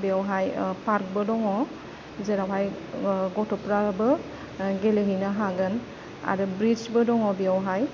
बेयावहाय पार्कबो दङ जेरावहाय गथ'फ्राबो गेलेहैनो हागोन आरो ब्रिजबो दङ बेयावहाय